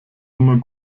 immer